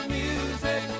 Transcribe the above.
music